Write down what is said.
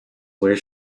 where